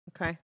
okay